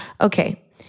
Okay